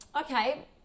Okay